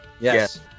Yes